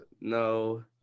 no